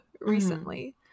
recently